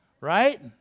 Right